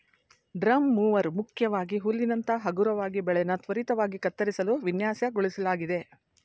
drum mower ಮುಖ್ಯವಾಗಿ ಹುಲ್ಲಿನಂತ ಹಗುರವಾದ ಬೆಳೆನ ತ್ವರಿತವಾಗಿ ಕತ್ತರಿಸಲು ವಿನ್ಯಾಸಗೊಳಿಸ್ಲಾಗಿದೆ